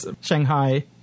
Shanghai